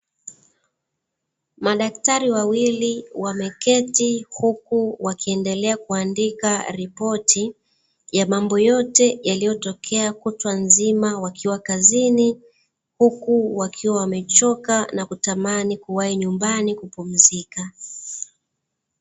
Madaktari wawili wameketi huku wakiendelea kuandika ripoti, ya mambo yote yaliyotokea kutwa nzima wakiwa kazini, huku wakiwa wamechoka na kutamani kuwahi nyumbani kupumzika.